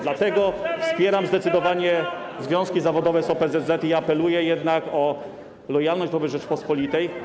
Dlatego wspieram zdecydowanie związki zawodowe z OPZZ i apeluję jednak o lojalność wobec Rzeczypospolitej.